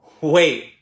Wait